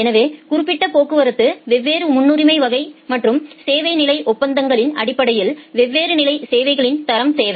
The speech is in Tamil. எனவே குறிப்பிட்ட போக்குவரத்து வெவ்வேறு முன்னுரிமை வகை மற்றும் சேவை நிலை ஒப்பந்தங்களின் அடிப்படையில் வெவ்வேறு நிலை சேவைகளின் தரம் தேவை